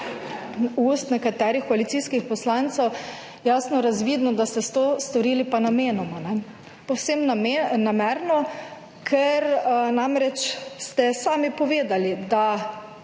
iz ust nekaterih koalicijskih poslancev jasno razvidno, da ste to storili pa namenoma. Povsem namerno, ker namreč ste sami povedali, da